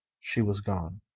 she was gone,